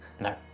No